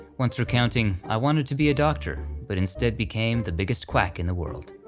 once recounting, i wanted to be a doctor, but instead became the biggest quack in the world.